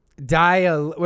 Die